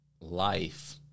life